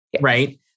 right